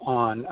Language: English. on